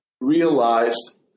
realized